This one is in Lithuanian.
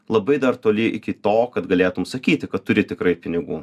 labai dar toli iki to kad galėtum sakyti kad turi tikrai pinigų